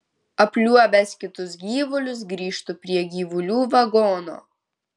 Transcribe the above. apliuobęs kitus gyvulius grįžtu prie gyvulių vagono